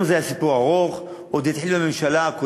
וגם זה היה סיפור ארוך שהתחיל עוד בממשלה הקודמת,